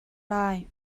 lai